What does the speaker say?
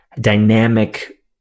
dynamic